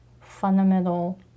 fundamental